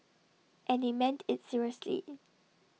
and they meant IT seriously